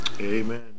Amen